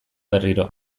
berriro